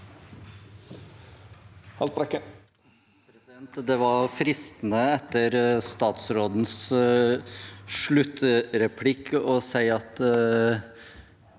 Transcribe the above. Det var fristende etter statsrådens sluttkommentar å si at